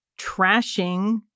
trashing